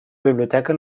biblioteca